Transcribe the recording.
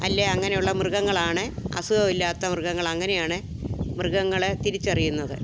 അല്ലേ അങ്ങനുള്ള മൃഗങ്ങളാണ് അസുഖമില്ലാത്ത മൃഗങ്ങൾ അങ്ങനെയാണ് മൃഗങ്ങളെ തിരിച്ചറിയുന്നത്